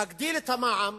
להגדיל את המע"מ,